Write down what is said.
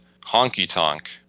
honky-tonk